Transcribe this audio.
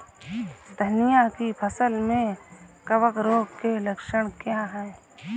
धनिया की फसल में कवक रोग के लक्षण क्या है?